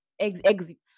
exits